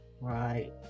Right